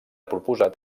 proposat